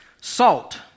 Salt